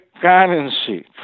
currency